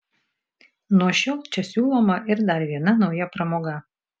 nuo šiol čia siūloma ir dar viena nauja pramoga